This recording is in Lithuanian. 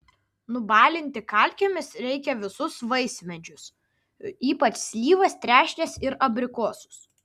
nubalinti kalkėmis reikia visus vaismedžius ypač slyvas trešnes ir abrikosus